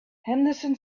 henderson